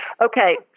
Okay